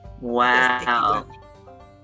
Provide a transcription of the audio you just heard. Wow